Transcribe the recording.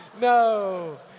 No